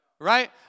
right